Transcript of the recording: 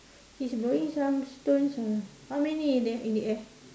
he's blowing some stones uh how many are there in the air